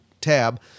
tab